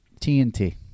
TNT